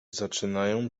zaczynają